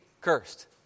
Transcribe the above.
cursed